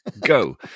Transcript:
go